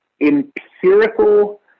empirical